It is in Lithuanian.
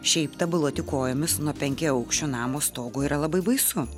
šiaip tabaluoti kojomis nuo penkiaaukščio namo stogo yra labai baisu